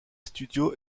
studio